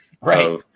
Right